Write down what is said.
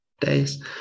days